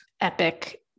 epic